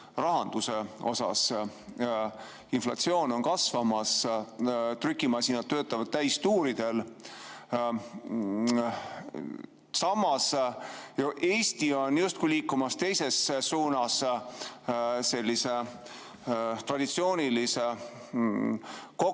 rahandusega. Inflatsioon on kasvamas, trükimasinad töötavad täistuuridel. Samas Eesti on justkui liikumas teises suunas, sellise traditsioonilise